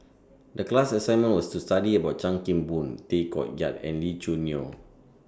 The class assignment was to study about Chan Kim Boon Tay Koh Yat and Lee Choo Neo